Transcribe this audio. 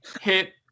hit